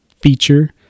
feature